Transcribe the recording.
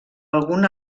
algun